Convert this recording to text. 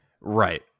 right